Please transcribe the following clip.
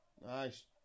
Nice